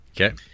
Okay